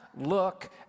look